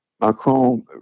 Macron